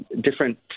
different